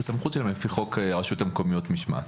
הסמכות שלהם לפי חוק הרשויות המקומיות (משמעת).